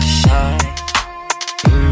shine